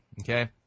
Okay